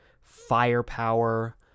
firepower